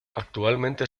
actualmente